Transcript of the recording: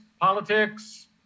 politics